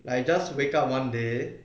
like I just wake up one day